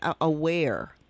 aware